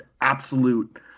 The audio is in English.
absolute